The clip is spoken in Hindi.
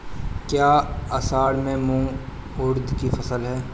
क्या असड़ में मूंग उर्द कि फसल है?